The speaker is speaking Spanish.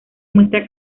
muestra